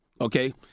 okay